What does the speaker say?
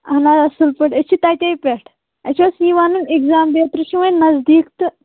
اَہَن حظ اَصٕل پٲٹھۍ أسۍ چھِ تَتے پٮ۪ٹھ اَسہِ اوس یہِ ونُن اٮ۪کزام بیترِ چھِ وۅنۍ نٔزدیٖک تہٕ